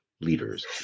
leaders